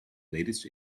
latest